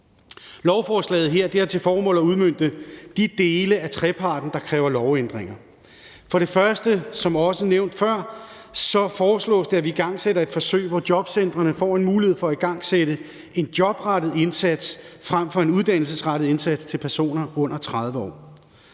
Lovforslaget her har til formål at udmønte de dele af trepartsaftalen, der kræver lovændringer. For det første – som også nævnt før – foreslås det, at vi igangsætter et forsøg, hvor jobcentrene får en mulighed for at igangsætte en jobrettet indsats frem for en uddannelsesrettet indsats til personer under 30 år.